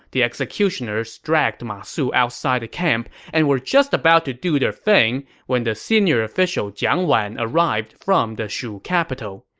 the executioners dragged ma su outside the camp and were just about to do their thing when the senior official jiang wan arrived from the capital.